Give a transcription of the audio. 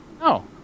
No